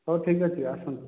ହଉ ଠିକ୍ ଅଛି ଆସନ୍ତୁ